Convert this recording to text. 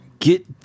Get